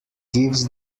gives